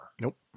Nope